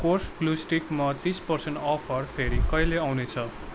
course glue स्टिकमा तिस percent offer फेरि कहिले आउनेछ